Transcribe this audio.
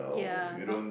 ya not